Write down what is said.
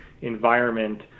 environment